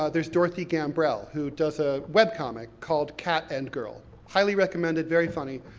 ah there's dorothy gambrell, who does a web comic called cat and girl. highly recommended, very funny.